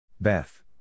Beth